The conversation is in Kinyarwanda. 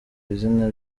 izina